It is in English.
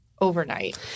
overnight